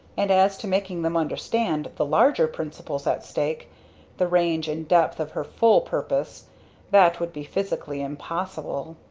and as to making them understand the larger principles at stake the range and depth of her full purpose that would be physically impossible.